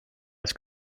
kas